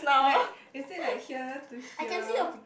like is it like here to here